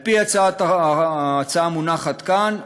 על-פי ההצעה המונחת כאן,